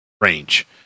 range